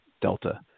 Delta